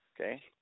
Okay